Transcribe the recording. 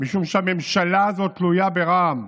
משום שהממשלה הזאת תלויה ברע"מ,